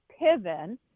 Piven